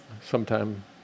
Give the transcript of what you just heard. sometime